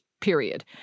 Period